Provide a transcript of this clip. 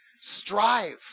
strive